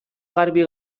garbi